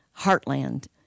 Heartland